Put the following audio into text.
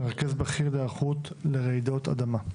מרכז בכיר להיערכות לרעידות אדמה.